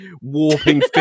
warping